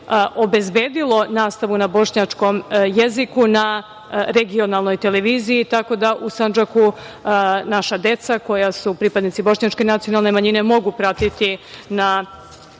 obezbedilo nastavu na bošnjačkom jeziku na regionalnoj televiziji, tako da u Sandžaku naša deca koja su pripadnici bošnjačke nacionalne manjine mogu pratiti na